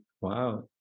Wow